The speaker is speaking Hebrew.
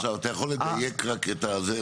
עכשיו אתה יכול לדייק רק את זה?